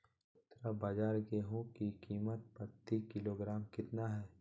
खुदरा बाजार गेंहू की कीमत प्रति किलोग्राम कितना है?